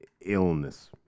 Illness